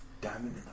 Diamond